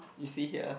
you see here